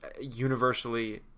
universally